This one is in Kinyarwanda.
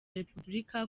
repubulika